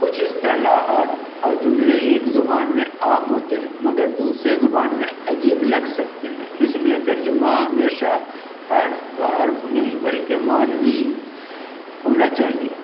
کچھ اسصطلاحات اور جملے ایک زبان میں عام ہوتے ہیں مگر دوسرے زبان میں عجیب لگ سکتے ہیں اس لیے ترجمہ ہمیشہ حرف بہ حرف نہیں بلکہ معنوی ہونا چاہیے